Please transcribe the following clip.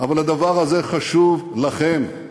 אבל הדבר הזה חשוב לכם,